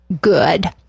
good